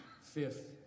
Fifth